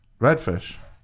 Redfish